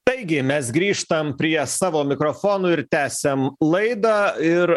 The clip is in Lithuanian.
taigi mes grįžtam prie savo mikrofonų ir tęsiam laidą ir